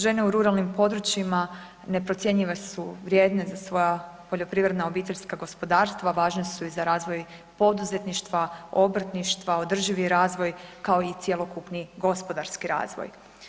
Žene u ruralnim područjima neprocjenjive su, vrijedne za svoja poljoprivredna obiteljska gospodarstva, važne su i razvoj poduzetništva, obrtništva, održivi razvoj kao i cjelokupni gospodarski razvoj.